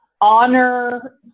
honor